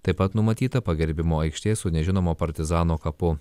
taip pat numatyta pagerbimo aikštė su nežinomo partizano kapu